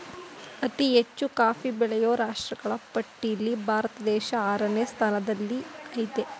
ಅತಿ ಹೆಚ್ಚು ಕಾಫಿ ಬೆಳೆಯೋ ರಾಷ್ಟ್ರಗಳ ಪಟ್ಟಿಲ್ಲಿ ಭಾರತ ದೇಶ ಆರನೇ ಸ್ಥಾನದಲ್ಲಿಆಯ್ತೆ